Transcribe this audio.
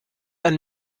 ein